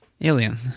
Alien